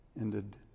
ended